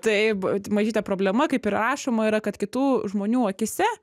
taip mažyte problema kaip ir rašoma yra kad kitų žmonių akyse